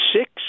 Six